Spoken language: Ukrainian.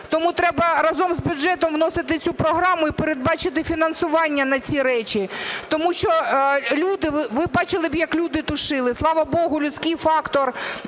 Тому треба разом з бюджетом вносити цю програму і передбачити фінансування на ці речі, тому що люди, ви б бачили, як люди тушили, слава Богу, людський фактор